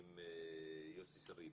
עם יוסי שריד